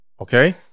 okay